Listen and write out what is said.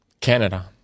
canada